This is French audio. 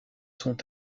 sont